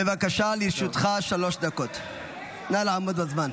בבקשה, לרשותך שלוש דקות, נא לעמוד בזמן.